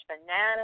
banana